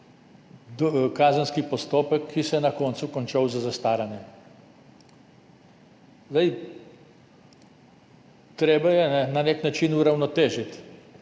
kazenski postopek, ki se je na koncu končal z zastaranjem. Treba je na neki način uravnotežiti